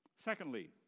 Secondly